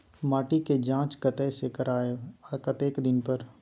माटी के ज जॉंच कतय से करायब आ कतेक दिन पर?